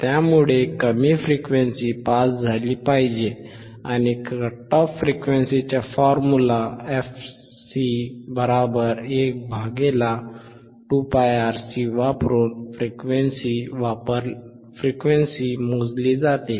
त्यामुळे कमी frequency pass झाली पाहिजे आणि कट ऑफ फ्रिक्वेन्सीचे फॉर्म्युला fc12πRC वापरून फ्रिक्वेन्सी मोजली जाते